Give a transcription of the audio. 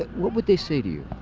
but what would they say to you?